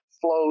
flows